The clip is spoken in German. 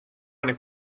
eine